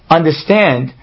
understand